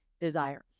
desire